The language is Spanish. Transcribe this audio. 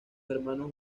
hermanos